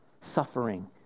suffering